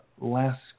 last